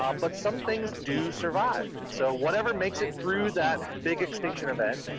um but some things do survive. so whatever makes it through that big extinction event,